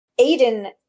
Aiden